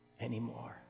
anymore